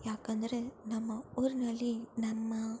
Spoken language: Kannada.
ಯಾಕಂದರೆ ನಮ್ಮ ಊರಿನಲ್ಲಿ ನಮ್ಮ